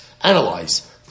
analyze